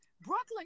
Brooklyn